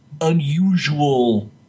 unusual